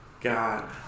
God